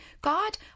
God